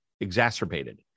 exacerbated